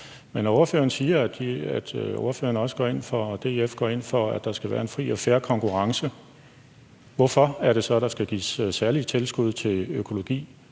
Men ordføreren siger, at ordføreren og DF går ind for, at der skal være en fri og fair konkurrence. Hvorfor skal der så gives særlige tilskud til økologi?